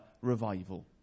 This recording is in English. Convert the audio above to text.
revival